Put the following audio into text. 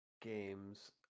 games